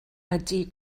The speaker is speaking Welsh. ydy